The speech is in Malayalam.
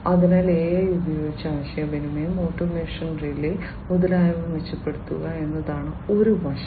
അതിനാൽ AI ഉപയോഗിച്ച് ആശയവിനിമയം ഓട്ടോമേഷൻ റിലേ മുതലായവ മെച്ചപ്പെടുത്തുക എന്നതാണ് ഒരു വശം